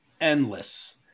endless